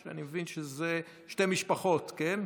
אני מבין שזה שתי משפחות, כן?